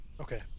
Okay